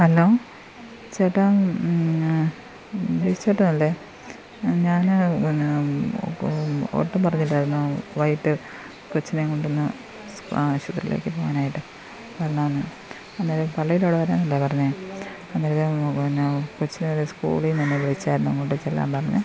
hello ചേട്ടാ ബിജു ചേട്ടൻ അല്ലേ ഞാൻ പിന്നെ ഓട്ടോ ഓട്ടം പറഞ്ഞില്ലായിരുന്നോ വൈകിട്ട് കൊച്ചിനെയും കൊണ്ട് ഇന്ന് സ് ആശുപത്രിയിലേക്ക് പോകാൻ ആയിട്ട് വരണമെന്ന് അന്നേരം പള്ളിടെ അവിടെ വരാനല്ലേ പറഞ്ഞത് അന്നേരം പിന്നെ കൊച്ചിൻ്റെ സ്കൂളിന്ന് ഒന്ന് വിളിച്ചായിരുന്നു അങ്ങോട്ട് ചെല്ലാൻ പറഞ്ഞ്